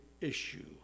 issue